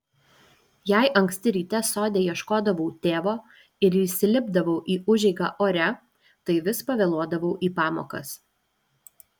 jei anksti ryte sode ieškodavau tėvo ir įsilipdavau į užeigą ore tai vis pavėluodavau į pamokas